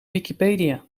wikipedia